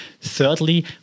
Thirdly